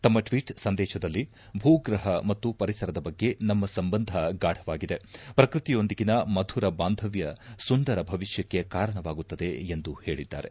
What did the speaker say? ತಮ್ಮ ಟ್ವೀಟ್ ಸಂದೇಶದಲ್ಲಿ ಭೂಗ್ರಹ ಮತ್ತು ಪರಿಸರದ ಬಗ್ಗೆ ನಮ್ಮ ಸಂಬಂಧ ಗಾಢವಾಗಿದೆ ಪ್ರಕೃತಿಯೊಂದಿಗಿನ ಮಧುರ ಬಾಂಧವ್ಯ ಸುಂದರ ಭವಿಷ್ಯಕ್ಕೆ ಕಾರಣವಾಗುತ್ತದೆ ಎಂದು ಹೇಳಿದ್ದಾರೆ